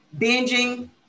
binging